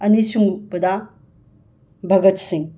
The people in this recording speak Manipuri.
ꯑꯅꯤꯁꯨꯕꯗ ꯕꯒꯠ ꯁꯤꯡ